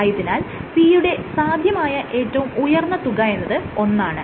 ആയതിനാൽ P യുടെ സാധ്യമായ ഏറ്റവും ഉയർന്ന തുക എന്നത് ഒന്നാണ്